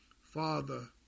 Father